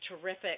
terrific